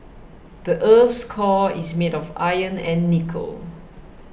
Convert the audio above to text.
the earth's core is made of iron and nickel